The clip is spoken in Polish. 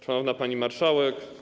Szanowna Pani Marszałek!